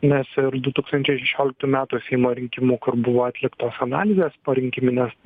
nes ir du tūkstančiai šešioliktų metų seimo rinkimų kur buvo atliktos analizės porinkiminės